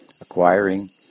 acquiring